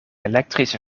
elektrische